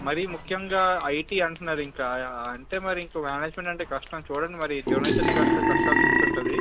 మరీ ముఖ్యంగా ఐటి అంటున్నారు ఇంకా అంటే మరి ఇంక మేనేజ్మెంట్ అంటే కష్టం చూడండి మరి డొనేషన్ కాస్త కట్టాల్సి ఉంటుంది